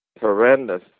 horrendous